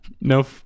no